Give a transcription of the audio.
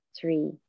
three